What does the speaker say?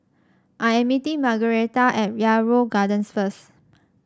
I am meeting Margueritta at Yarrow Gardens first